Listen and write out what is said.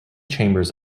chambers